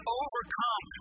overcome